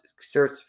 search